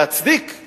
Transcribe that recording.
להצדיק